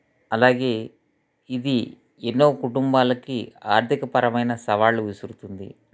అలాగే ఇది ఎన్నో కుటుంబాలకి ఆర్థికపరమైన సవాళ్ళు విసురుతుంది